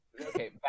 Okay